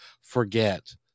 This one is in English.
forget